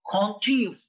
continue